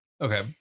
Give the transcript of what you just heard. Okay